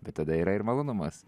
bet tada yra ir malonumas